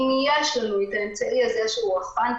אם יש לנו את האמצעי הזה שהוא רחפן,